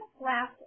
last